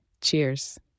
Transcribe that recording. Cheers